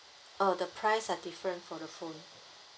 oh the price are different for the phone